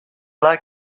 like